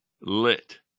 lit